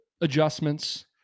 adjustments